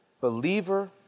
believer